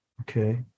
Okay